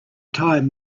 time